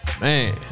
Man